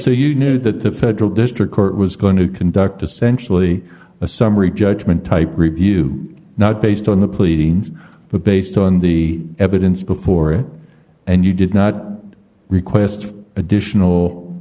so you knew that the federal district court was going to conduct essentially a summary judgment type review not based on the pleadings but based on the evidence before and you did not request additional